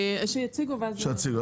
שיציגו ואז אני אגיד.